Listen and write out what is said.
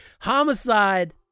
Homicide